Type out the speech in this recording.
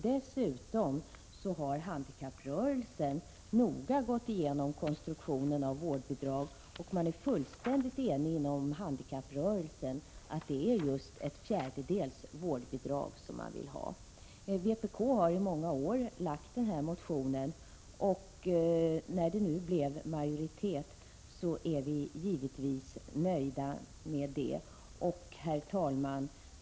Dessutom har handikapprörelsen noga gått igenom konstruktionen av vårdbidraget och är fullt enig om att det är just en fjärdedels vårdbidrag som man vill ha. Vpk har i många år väckt denna motion, och när det nu blev en majoritet för förslaget är vi givetvis nöjda med det. Herr talman!